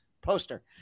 poster